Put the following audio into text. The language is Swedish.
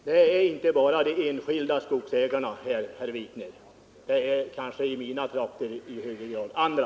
Herr talman! Endast en liten sak. Det är inte bara de enskilda skogsägarna det gäller, herr Wikner. I mina trakter är det i högre grad andra.